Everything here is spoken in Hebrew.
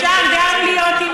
זו דעתי.